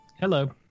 Hello